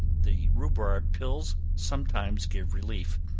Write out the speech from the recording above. the rhubarb pills sometimes give relief.